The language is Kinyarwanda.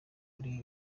ari